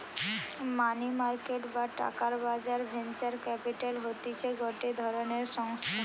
মানি market বা টাকার বাজার ভেঞ্চার ক্যাপিটাল হতিছে গটে ধরণের সংস্থা